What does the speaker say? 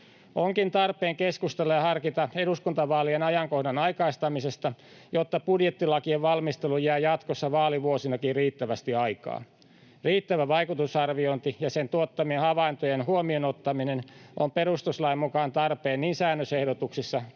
Onkin tarpeen keskustella ja harkita eduskuntavaalien ajankohdan aikaistamista, jotta budjettilakien valmisteluun jää jatkossa vaalivuosinakin riittävästi aikaa. Riittävä vaikutusarviointi ja sen tuottamien havaintojen huomioon ottaminen on perustuslain mukaan tarpeen niin säännösehdotuksissa